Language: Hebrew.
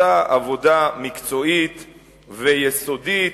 עשה עבודה מקצועית ויסודית,